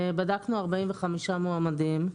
בדקנו 45 מועמדים.